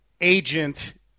agent